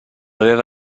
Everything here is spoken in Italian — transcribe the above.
aveva